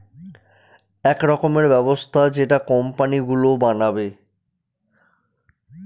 এক রকমের ব্যবস্থা যেটা কোম্পানি গুলো বানাবে